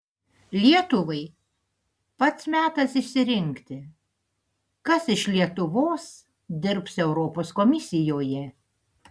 lietuvai pats metas išsirinkti kas iš lietuvos dirbs europos komisijoje